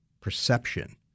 perception